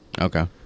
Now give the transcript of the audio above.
okay